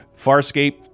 Farscape